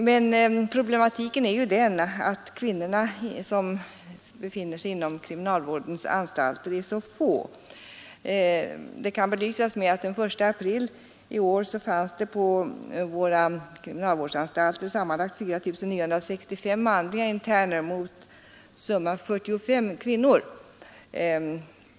Men problemet är att kvinnorna inom kriminalvårdsanstalterna är så få. Den 1 april i år fanns på kriminalvårdsanstalterna 4 965 manliga interner mot 45 kvinnliga.